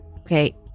Okay